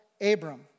Abram